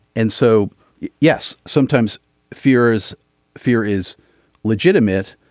and so yes sometimes fear is fear is legitimate.